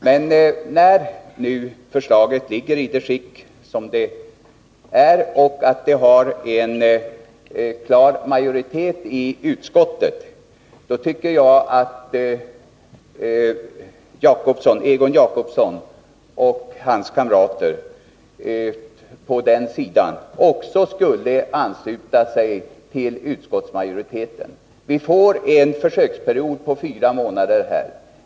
Men när nu förslaget, i dess föreliggande skick, har vunnit en klar majoritet i utskottet tycker jag att Egon Jacobsson och hans kamrater på den sidan också skulle ansluta sig till utskottsmajoriteten. Vi får en försöksperiod på fyra månader.